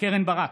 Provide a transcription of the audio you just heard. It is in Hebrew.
קרן ברק,